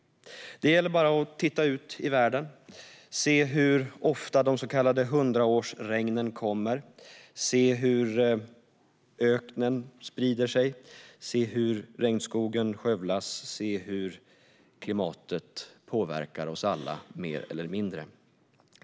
Det är bara att titta ut i världen och se hur ofta de så kallade hundraårsregnen kommer, hur öknen sprider sig och hur regnskogen skövlas för att se hur klimatet påverkar oss alla mer eller mindre.